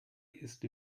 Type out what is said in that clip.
ist